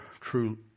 true